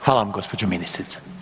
Hvala vam gđo. ministrice.